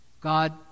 God